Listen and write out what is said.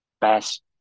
best